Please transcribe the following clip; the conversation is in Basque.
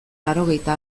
laurogeita